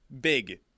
Big